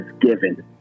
given